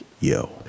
Yo